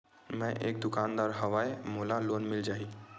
मै एक दुकानदार हवय मोला लोन मिल जाही?